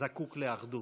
זקוק לאחדות,